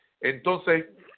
Entonces